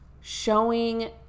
showing